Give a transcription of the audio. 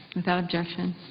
without objection.